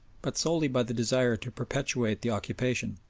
but solely by the desire to perpetuate the occupation.